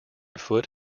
foot